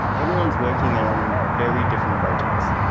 everyone's working on very different projects.